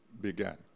began